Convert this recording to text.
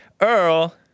Earl